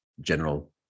general